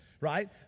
Right